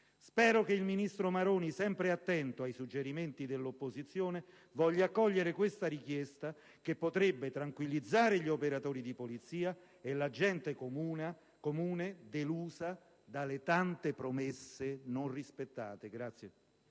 Spero che il ministro Maroni, sempre attento ai suggerimenti dell'opposizione, voglia cogliere questa richiesta che potrebbe tranquillizzare gli operatori di polizia e la gente comune, delusa delle tante promesse non rispettate.